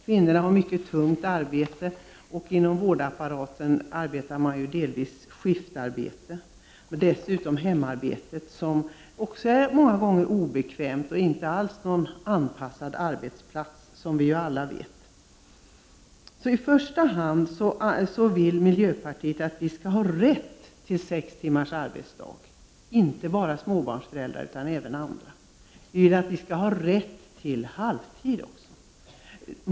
Kvinnorna har mycket tungt arbete, och inom vårdapparaten arbetar man delvis i skift. Dessutom är hemarbetet många gånger obekvämt. Hemmet är, som alla vet, ofta inte alls någon anpassad arbetsplats. I första hand vill miljöpartiet att inte bara småbarnsföräldrar utan även andra skall ha rätt till sex timmars arbetsdag och även till halvtid.